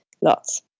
Lots